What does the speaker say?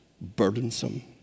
burdensome